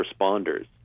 responders